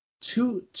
two